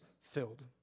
filled